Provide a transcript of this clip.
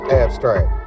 abstract